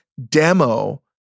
demo